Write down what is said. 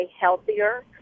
healthier